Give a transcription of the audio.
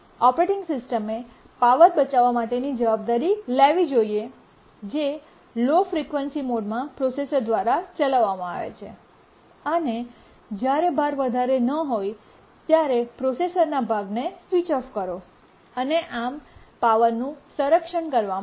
operating સિસ્ટમએ power બચાવવા માટેની જવાબદારી લેવી જોઈએ જે લો ફ્રીક્વન્સી મોડમાં પ્રોસેસર દ્વારા ચલાવવામાં આવે છે અને જ્યારે ભાર વધારે ન હોય ત્યારે પ્રોસેસરના ભાગને સ્વીચ ઓફ કરો અને આમ પાવરનું સંરક્ષણ કરવામાં આવે